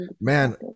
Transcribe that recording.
Man